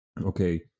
okay